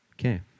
Okay